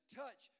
touch